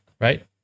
right